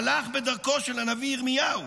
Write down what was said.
הלך בדרכו של הנביא ירמיהו,